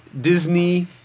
Disney